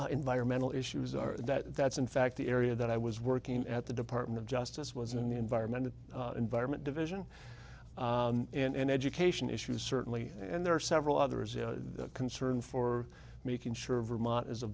well environmental issues are that that's in fact the area that i was working at the department of justice was in the environmental environment division and education issues certainly and there are several others a concern for making sure vermont is a